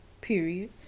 Period